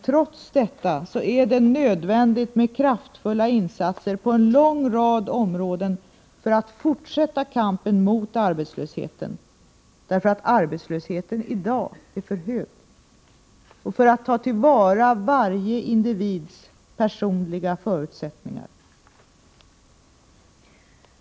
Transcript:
Trots detta är det nödvändigt med kraftfulla insatser på en lång rad områden för att fortsätta kampen mot arbetslösheten — därför att arbetslösheten i dag är för hög och för att ta till vara varje individs personliga förutsättningar.